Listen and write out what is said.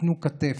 תיתנו כתף.